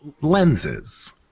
Lenses